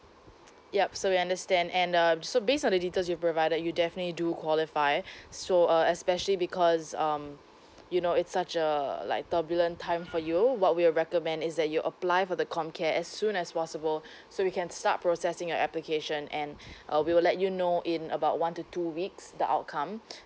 yup so we understand and um so based on the details you've provided you definitely do qualify so uh especially because um you know it's such a like turbulent time for you what we'll recommend is that you apply for the com care as soon as possible so we can start processing your application and uh we will let you know in about one to two weeks the outcome